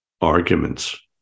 arguments